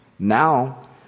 Now